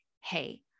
hey